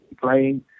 playing